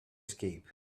escape